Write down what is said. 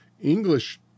English